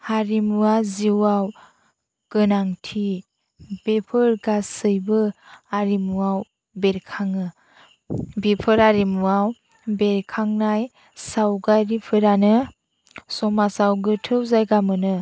हारिमुवा जिउवाव गोनांथि बेफोर गासैबो आरिमुवाव बेरखाङो बेफोर हारिमुवाव बेरखांनाय सावगारिफोरानो समाजाव गोथौ जायगा मोनो